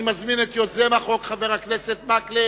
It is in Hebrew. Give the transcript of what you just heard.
אני מזמין את יוזם החוק, חבר הכנסת מקלב,